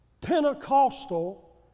Pentecostal